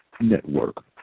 network